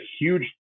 huge